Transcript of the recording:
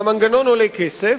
והמנגנון עולה כסף.